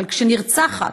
אבל כשנרצחת